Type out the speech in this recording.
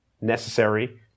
Necessary